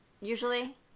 usually